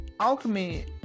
Alchemy